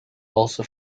also